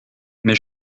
mais